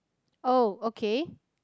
oh okay